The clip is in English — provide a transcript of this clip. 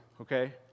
okay